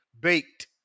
baked